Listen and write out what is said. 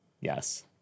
Yes